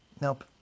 Nope